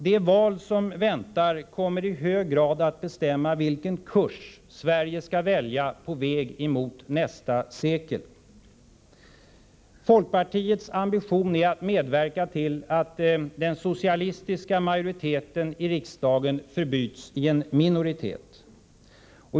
Det val som väntar kommer i hög grad att bestämma vilken kurs Sverige skall välja på väg mot nästa sekel. Folkpartiets ambition är att medverka till att den socialistiska majoriteten i riksdagen förbyts i en minoritet.